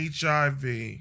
HIV